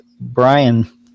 Brian